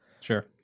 Sure